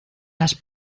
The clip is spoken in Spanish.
las